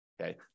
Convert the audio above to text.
Okay